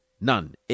None